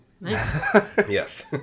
Yes